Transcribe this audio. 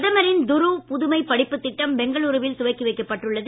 பிரதமரின் துருவ் புதுமை படிப்பு திட்டம் பெங்களுருவில் துவக்கி வைக்கப்பட்டுள்ளது